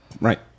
Right